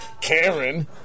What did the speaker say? Karen